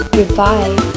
Goodbye